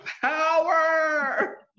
power